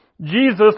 Jesus